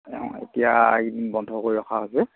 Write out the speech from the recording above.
এতিয়া এইকেইদিন বন্ধ কৰি ৰখা হৈছে